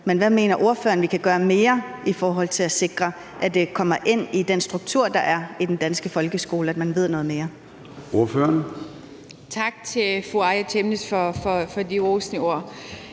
Men hvad mener ordføreren vi kan gøre mere i forhold til at sikre, at det kommer ind i den struktur, der er i den danske folkeskole, så man får noget mere